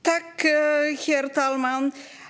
Herr talman!